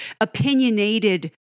opinionated